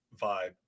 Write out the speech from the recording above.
vibe